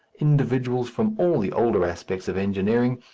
individuals from all the older aspects of engineering,